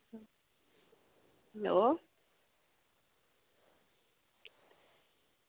hello